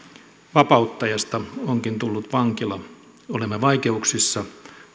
vapauttajasta onkin tullut vankila olemme vaikeuksissa